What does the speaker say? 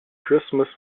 christmas